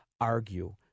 argue